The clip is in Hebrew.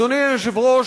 אדוני היושב-ראש,